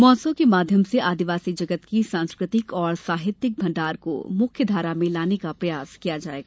महोत्सव के माध्यम से आदिवासी जगत की सांस्कृतिक एवं साहित्यिक भंडार को मुख्य धारा में लाने का प्रयास किया जाएगा